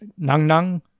Nangnang